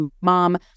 mom